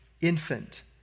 infant